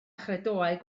chredoau